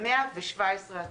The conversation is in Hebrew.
117 הצעות.